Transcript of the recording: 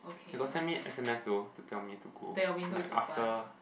they got send me S_M_S though to tell me to go like after